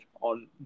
on